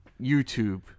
YouTube